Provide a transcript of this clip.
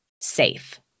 safe